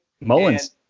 Mullins